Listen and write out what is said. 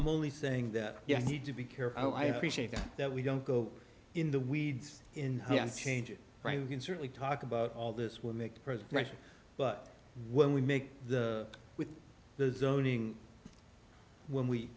i'm only saying that you need to be careful i appreciate that we don't go in the weeds in changes right we can certainly talk about all this will make progress but when we make the with the own thing when we